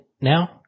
now